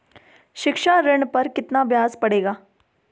शिक्षा ऋण पर कितना ब्याज पड़ेगा?